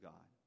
God